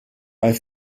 bei